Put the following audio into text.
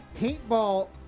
paintball